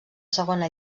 segona